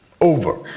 Over